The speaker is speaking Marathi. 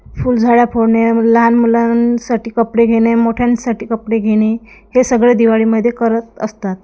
फुलझड्या फोडणे लहान मुलांसाठी कपडे घेणे मोठ्यांसाठी कपडे घेणे हे सगळं दिवाळीमध्ये करत असतात